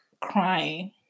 crying